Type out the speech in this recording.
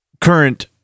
current